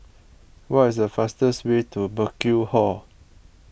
what is the fastest way to Burkill Hall